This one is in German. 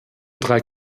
drei